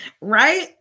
right